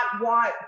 want